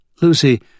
Lucy